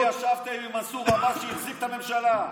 אתם ישבתם עם מנסור עבאס, שהחזיק את הממשלה.